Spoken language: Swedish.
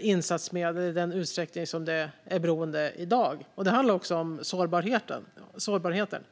insatsmedel som i dag. Det handlar också om sårbarheten.